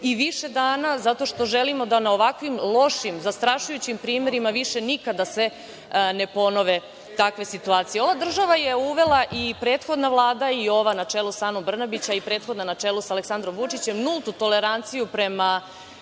govori. Zato što želimo da se ovakvim loši, zastrašujući primeri više nikada ne ponove. Ova država je uvela, prethodna Vlada i ova na čelu sa Anom Brnabić, a i prethodna na čelu sa Aleksandrom Vučićem, nultu toleranciju prema